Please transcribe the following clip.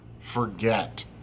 forget